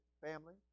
family